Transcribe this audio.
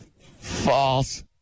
False